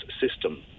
system